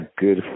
good